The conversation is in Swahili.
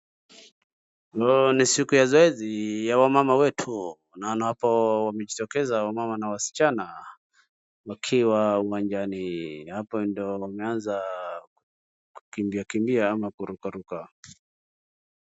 Hii ni siku ya zoezi ya wamama wetu, naona hapo wamejitokeza wamama na wasichana wakiwa uwanjani. Hapo ndio wameanza kukimbiakimbia ama kuruka ruka.